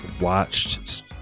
watched